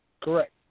Correct